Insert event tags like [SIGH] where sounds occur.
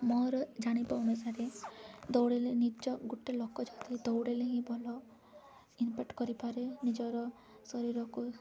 ମୋର ଜାଣିବା ଅନୁସାରେ ଦୌଡ଼ିଲେ ନିଜ ଗୋଟେ ଲୋକ ଯଦି ଦୌଡ଼ିଲେ ହିଁ ଭଲ [UNINTELLIGIBLE] କରିପାରେ ନିଜର ଶରୀରକୁ